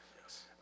Yes